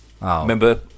Remember